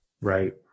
Right